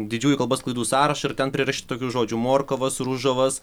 didžiųjų kalbos klaidų sąrašą ir ten prirašyti tokių žodžių morkavas ružavas